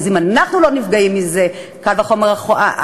אז אם אנחנו לא נפגעים מזה, קל וחומר הסנגורים.